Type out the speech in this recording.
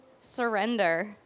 surrender